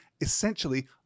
essentially